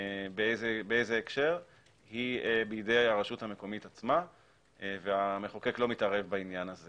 ובאיזה הקשר היא בידי הרשות המקומית עצמה והמחוקק לא מתערב בעניין הזה